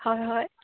হয় হয়